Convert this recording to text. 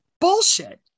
bullshit